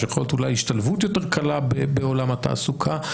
של יכולת השתלבות יותר קלה בעולם התעסוקה.